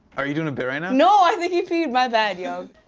are you doing a bit right now? no! i think he peed. my bad, yo.